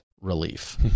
relief